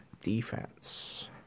defense